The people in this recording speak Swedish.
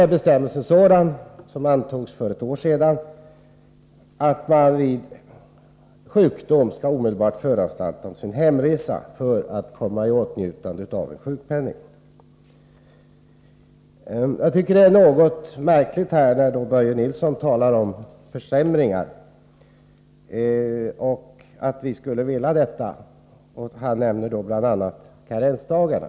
Den bestämmelse som antogs för ett år sedan är sådan att man vid sjukdom omedelbart skall föranstalta om hemresa, för att komma i åtnjutande av sjukpenning. Jag tycker att det är något märkligt när Börje Nilsson talar om att vi skulle vilja ha försämringar. Han nämner bl.a. karensdagarna.